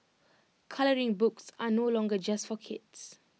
colouring books are no longer just for kids